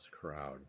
crowd